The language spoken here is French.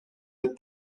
être